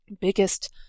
biggest